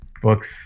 Books